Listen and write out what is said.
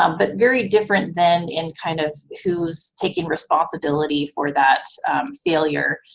um but very different then in kind of who's taking responsibility for that failure.